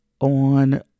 on